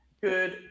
Good